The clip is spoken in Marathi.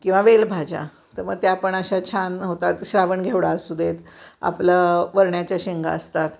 किंवा वेलभाज्या तर मग त्या पण अशा छान होतात श्रावण घेवडा असू देत आपलं वरण्याच्या शेंगा असतात